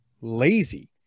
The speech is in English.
lazy